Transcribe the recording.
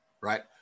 right